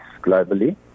globally